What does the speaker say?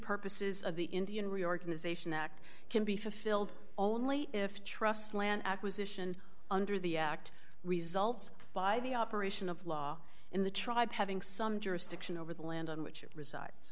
purposes of the indian reorganization act can be fulfilled only if trust land acquisition under the act results by the operation of law in the tribe having some jurisdiction over the land on which it resides